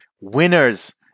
Winners